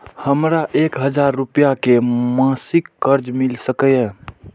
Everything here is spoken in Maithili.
हमरा एक हजार रुपया के मासिक कर्ज मिल सकिय?